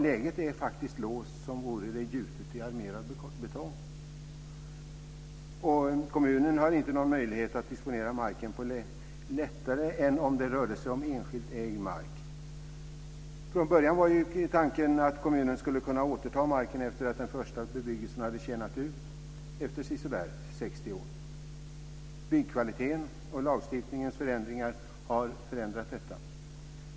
Läget är faktiskt låst som vore det gjutet i armerad betong. Kommunen har inte någon möjlighet att disponera marken lättare än om det rörde sig om enskild ägt mark. Från början var tanken att kommunen skulle kunna återta marken efter att den första bebyggelsen hade tjänat ut efter sisådär 60 år. Byggkvalitet och lagstiftningens förändringar har förändrat detta.